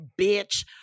bitch